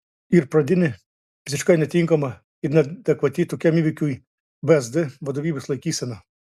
ir pradinė visiškai netinkama ir neadekvati tokiam įvykiui vsd vadovybės laikysena